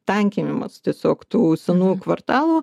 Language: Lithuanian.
tankinimas tiesiog tų senų kvartalų